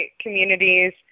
communities